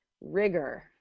Rigor